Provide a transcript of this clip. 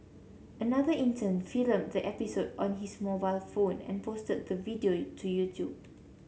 another intern filmed the episode on his mobile phone and posted the video to YouTube